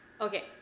Okay